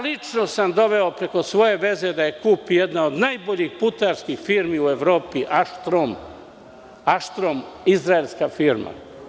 Lično sam doveo preko svoje veze da je kupi jedna od najboljih putarskih firmi u Evropi „Aštrum“, izraelska firma.